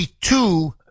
two